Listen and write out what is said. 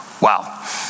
Wow